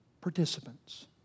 participants